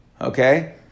Okay